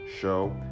show